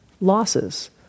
losses